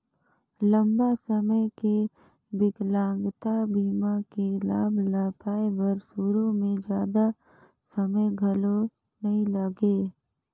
लंबा समे के बिकलांगता बीमा के लाभ ल पाए बर सुरू में जादा समें घलो नइ लागे